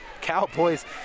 Cowboys